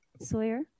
Sawyer